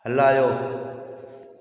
हलायो